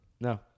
No